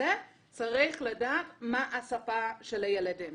אלא לדעת מה שפת הילד.